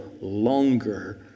longer